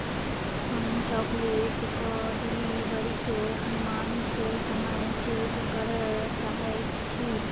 हम चॉकलेटके डिलीवरीक अनुमानित समय चेक करय चाहैत छी